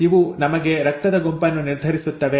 ಇವು ನಮಗೆ ರಕ್ತದ ಗುಂಪನ್ನು ನಿರ್ಧರಿಸುತ್ತವೆ